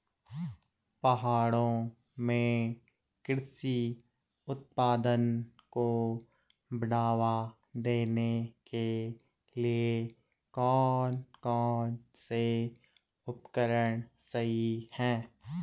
पहाड़ों में कृषि उत्पादन को बढ़ावा देने के लिए कौन कौन से उपकरण सही हैं?